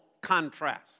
contrast